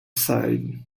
side